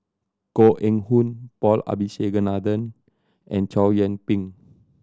Koh Eng Hoon Paul Abisheganaden and Chow Yian Ping